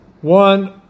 one